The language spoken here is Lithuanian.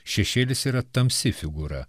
šešėlis yra tamsi figūra